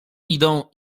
idą